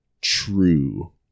true